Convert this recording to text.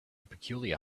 peculiar